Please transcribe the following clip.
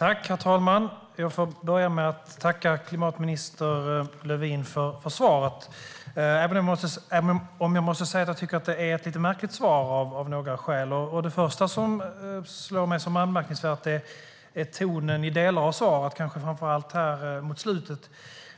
Herr talman! Jag får börja med att tacka klimatminister Lövin för svaret, även om jag tycker att det är ett lite märkligt svar, av några skäl. Det första som slår mig som anmärkningsvärt är tonen i delar av svaret, kanske framför allt mot slutet.